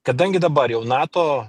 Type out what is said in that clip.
kadangi dabar jau nato